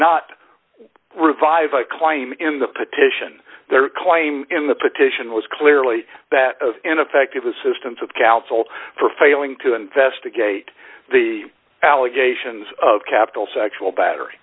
not revive a claim in the petition their claim in the petition was clearly that of ineffective assistance of counsel for failing to investigate the allegations of capital sexual